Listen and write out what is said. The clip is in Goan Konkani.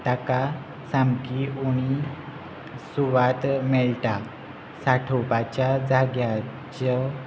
ताका सामकी उणी सुवात मेळटा साठोवपाच्या जाग्याच्यो